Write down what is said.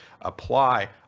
apply